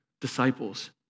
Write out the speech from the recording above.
disciples